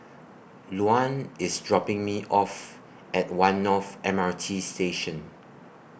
Luann IS dropping Me off At one North M R T Station